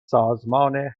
سازمان